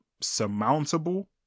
surmountable